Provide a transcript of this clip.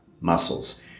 muscles